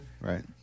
right